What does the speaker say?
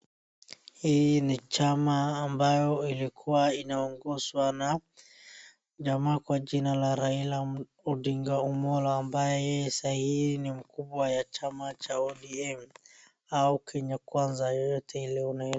Hii ni chama ambayo ilikuwa inaongozwa na jamaa kwa jina la Raila Odinga Amolo ambaye yeye saa hii ni mkubwa ya chama cha ODM au Kenya Kwanza, yoyote ile una.